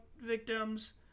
victims